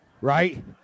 right